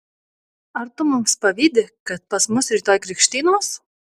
ar tu mums pavydi kad pas mus rytoj krikštynos